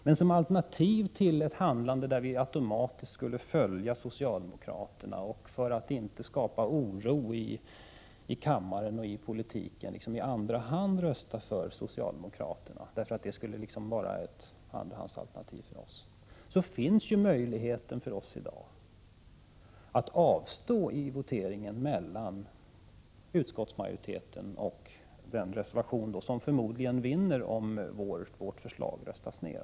Men i stället för att automatiskt följa socialdemokraterna och i andra hand rösta för deras förslag, för att inte skapa oro i kammaren och i politiken, har vi i dag möjlighet att avstå i voteringen mellan utskottsmajoritetens förslag och reservation 2, som förmodligen vinner om vårt förslag röstas ner.